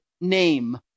name